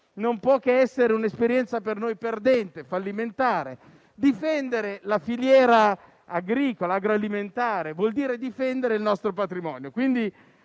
non può che essere un'esperienza per noi perdente e fallimentare. Difendere la filiera agricola e agroalimentare vuol dire difendere il nostro patrimonio.